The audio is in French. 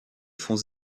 font